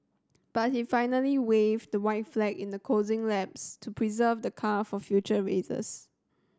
but he finally waved the white flag in the closing laps to preserve the car for future races